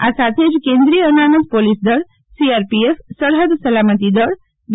આ સાથે જ કેન્દ્રીય અનામત પોલીસદળ સીઆરપીએફસરફદ સલામતી દળ બી